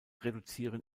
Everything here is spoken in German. reduzieren